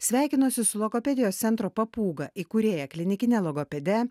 sveikinuosi su logopedijos centro papūga įkūrėja klinikine logopede